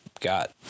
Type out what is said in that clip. got